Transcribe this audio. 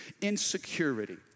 Insecurity